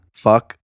fuck